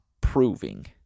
proving